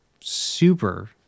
super